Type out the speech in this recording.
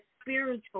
spiritual